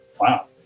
wow